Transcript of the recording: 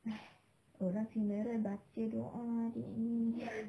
!hais! orang funeral baca doa dia ni